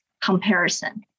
comparison